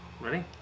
Ready